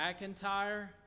McIntyre